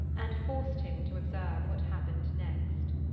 and forced him to observe what happened next.